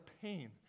pain